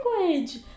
language